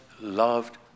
loved